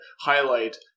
highlight